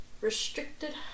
restricted